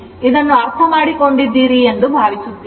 ಇದನ್ನು ಅರ್ಥಮಾಡಿಕೊಂಡಿದ್ದೀರಿ ಎಂದು ಭಾವಿಸುತ್ತೇನೆ